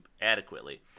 adequately